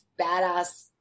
badass